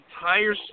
entire